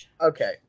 Okay